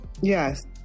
Yes